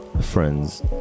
friends